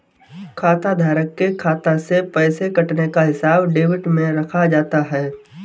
खाताधारक के खाता से पैसे कटने का हिसाब डेबिट में रखा जाता है